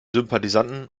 sympathisanten